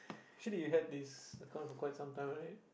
actually you had this account for quite some time right